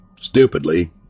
stupidly